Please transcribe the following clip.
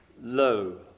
low